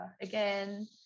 again